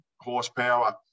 horsepower